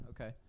Okay